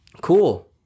Cool